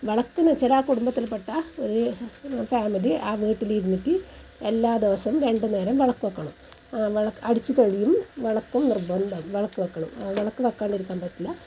വിളക്ക് എന്നു വെച്ചാൽ ആ കുടുംബത്തിൽ പെട്ട ഫാമിലി ആ വീട്ടിലിരുന്നിട്ട് എല്ലാ ദിവസവും രണ്ടു നേരം വിളക്കു വെക്കണം അടിച്ചു തളിയും വിളക്കും നിർബന്ധം വിളക്ക് വെക്കണം വിളക്കു വെക്കാതിരിക്കാൻ പറ്റില്ല